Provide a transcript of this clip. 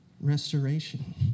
Restoration